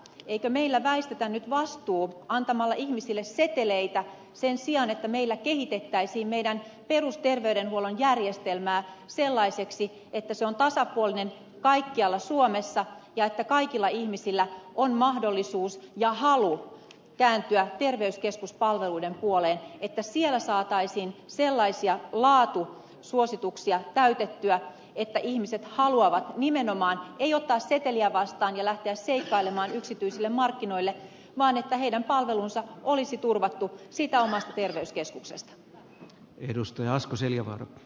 eikö meillä väistetä nyt vastuu antamalla ihmisille seteleitä sen sijaan että meillä kehitettäisiin meidän perusterveydenhuollon järjestelmää sellaiseksi että se on tasapuolinen kaikkialla suomessa ja että kaikilla ihmisillä on mahdollisuus ja halu kääntyä terveyskeskuspalveluiden puoleen että siellä saataisiin sellaisia laatusuosituksia täytettyä että ihmiset haluavat nimenomaan ei ottaa seteliä vastaan ja lähteä seikkailemaan yksityisille markkinoille vaan heidän palvelunsa olisi turvattu siitä omasta terveyskeskuksesta